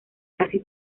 casi